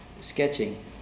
sketching